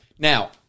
Now